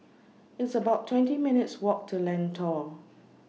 It's about twenty minutes' Walk to Lentor